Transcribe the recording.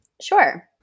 Sure